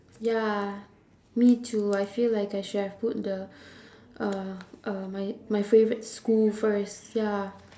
ya me too I feel like I should have put the uh uh my my favourite school first ya